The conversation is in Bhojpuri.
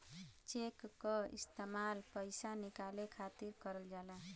चेक क इस्तेमाल पइसा निकाले खातिर करल जाला